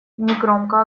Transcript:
негромко